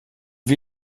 wie